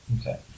Okay